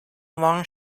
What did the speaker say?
long